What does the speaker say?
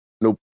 Nope